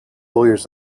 lawyers